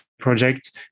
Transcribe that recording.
project